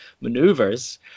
maneuvers